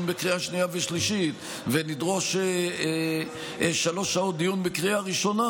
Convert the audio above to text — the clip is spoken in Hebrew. בקריאה שנייה ושלישית ונדרוש שלוש שעות דיון בקריאה ראשונה,